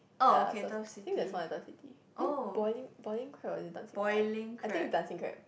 ya Turf I think there's one at Turf City is it boiling Boiling-Crab or is it Dancing-Crab I think is Dancing-Crab